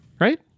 right